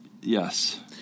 Yes